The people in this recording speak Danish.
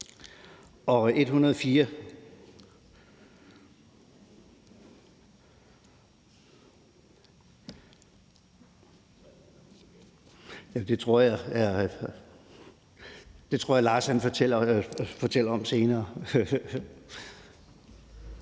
B 104 ... Det tror jeg at Lars fortæller om senere.